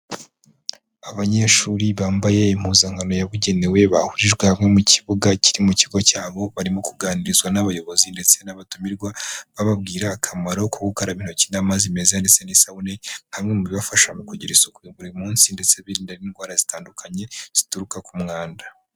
Abanyeshuri bambaye impuzankano yabugenewe, bahurijwe hamwe mu kibuga kiri mu kigo cyabo, barimo kuganirizwa n'abayobozi ndetse n'abatumirwa, bababwira akamaro ko gukaraba intoki n'amazi meza ndetse n'isabune, hamwe mu bibafasha mu kugira isuku ya buri munsi ndetse birinda n'indwara zitandukanye zituruka ku mwanda.